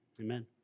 amen